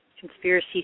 conspiracy